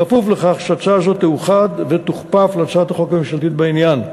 בכפוף לכך שהצעה זו תאוחד ותוכפף להצעת החוק הממשלתית בעניין.